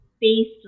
based